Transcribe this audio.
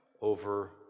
over